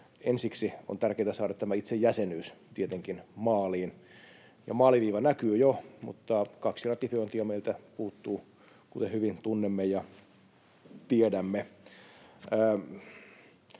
Ensiksi on tärkeätä saada tämä itse jäsenyys tietenkin maaliin, ja maaliviiva näkyy jo, mutta kaksi ratifiointia meiltä puuttuu, kuten hyvin tiedämme.